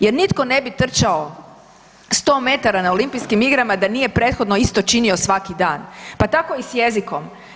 Jer nitko ne bi trčao 100 m na olimpijskim igrama da nije prethodno isto činio svaki dan, pa tako i s jezikom.